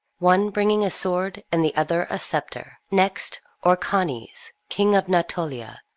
one bringing a sword and the other a sceptre next, orcanes king of natolia,